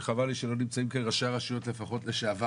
וחבל שלא נמצאים כאן ראשי הרשויות לפחות לשעבר,